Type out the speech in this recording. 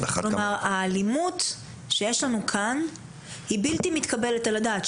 כלומר האלימות שיש לנו כאן היא בלתי מתקבלת על הדעת.